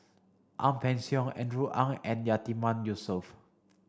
Ang Peng Siong Andrew Ang and Yatiman Yusof